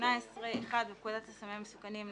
התשע"ט 2018 "הוספת פרק ג'1 1. בפקודת הסמים המסוכנים ,